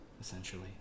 essentially